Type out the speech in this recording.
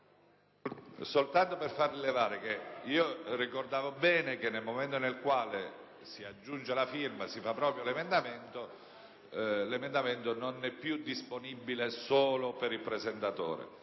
solo far rilevare che ricordavo bene: nel momento in cui si aggiunge la firma e si fa proprio l'emendamento, esso non è più disponibile solo per il presentatore.